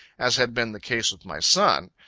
as had been the case with my son.